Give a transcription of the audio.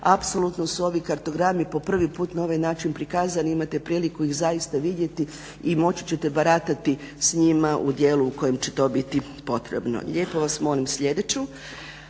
apsolutno su ovi kartogrami po prvi put na ovaj način prikazani. Imate ih priliku zaista vidjeti i moći ćete baratati s njima u djelu u kojem će to biti potrebno. Lijepo vas molim sljedeću.